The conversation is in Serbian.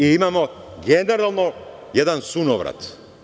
I imamo generalno jedan sunovrat.